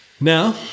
now